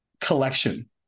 collection